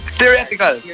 Theoretical